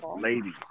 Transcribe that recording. Ladies